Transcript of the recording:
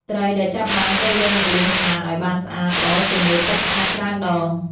ត្រីដែលចាប់បានត្រូវយកមកលាងសម្អាតឱ្យបានស្អាតល្អជាមួយទឹកស្អាតច្រើនដង។